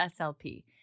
SLP